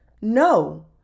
No